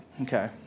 Okay